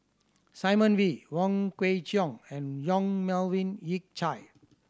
Simon Wee Wong Kwei Cheong and Yong Melvin Yik Chye